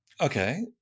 Okay